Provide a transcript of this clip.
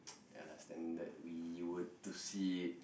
ya lah standard we were to see